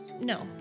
No